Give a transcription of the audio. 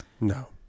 No